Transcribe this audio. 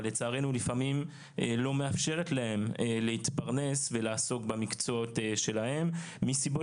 אבל לצערנו לפעמים לא מאפשרת להם להתפרנס ולעסוק במקצועות שלהם מסיבות